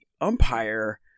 umpire